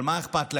אבל מה אכפת להם?